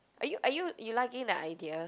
are you are you you liking the idea